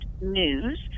News